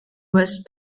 was